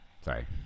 Sorry